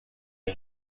new